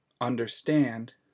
understand